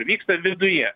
vyksta viduje